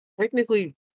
Technically